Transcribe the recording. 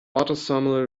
autosomal